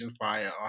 Fire